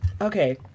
okay